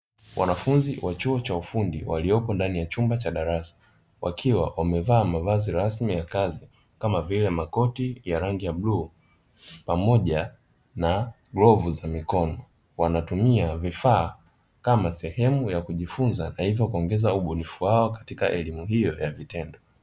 Wanafunzi wa chuo cha ufundi waliopo ndani ya chumba cha darasa wakiwa wamevaa mavazi rasmi ya kazi kama vile makoti ya rangi ya bluu, pamoja na glovu za mikono; wanatumia vifaa kama sehemu ya kujifunza na hivyo kuongeza ubunifu wao katika elimu hiyo ya vitendo.